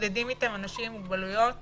מתמודדים איתם אנשים עם מוגבלויות